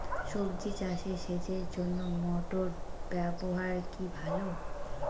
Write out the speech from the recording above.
সবজি চাষে সেচের জন্য মোটর ব্যবহার কি ভালো?